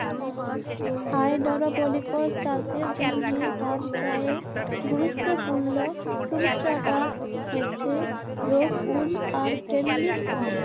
hydroponics চাষের জ্যনহে সবচাঁয়ে গুরুত্তপুর্ল সুবস্ট্রাটাস হছে রোক উল আর ফেললিক ফম